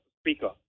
Speaker